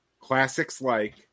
classics-like